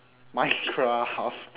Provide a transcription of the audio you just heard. minecraft